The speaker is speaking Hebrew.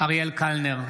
אריאל קלנר,